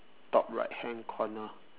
top right hand corner